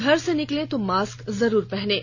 घर से निकलें तो मास्क जरूर पहनें